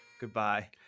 Goodbye